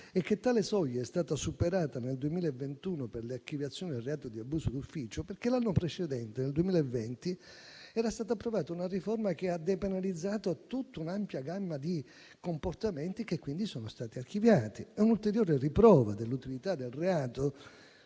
e che tale soglia è stata superata nel 2021 per le archiviazioni del reato di abuso d'ufficio, perché l'anno precedente, nel 2020, era stata approvata una riforma che ha depenalizzato tutta un'ampia gamma di comportamenti, che quindi sono stati archiviati. E un'ulteriore riprova dell'utilità del reato